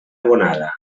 abonada